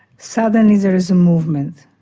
suddenly there is movement,